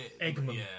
Eggman